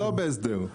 לא בהסדר.